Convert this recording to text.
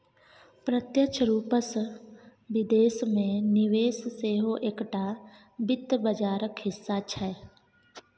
प्रत्यक्ष रूपसँ विदेश मे निवेश सेहो एकटा वित्त बाजारक हिस्सा छै